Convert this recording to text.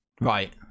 right